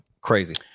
Crazy